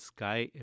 Sky